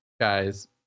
guys